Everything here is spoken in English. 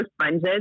sponges